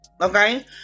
okay